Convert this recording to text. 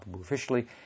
officially